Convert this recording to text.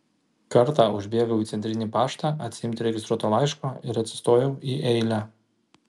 kartą užbėgau į centrinį paštą atsiimti registruoto laiško ir atsistojau į eilę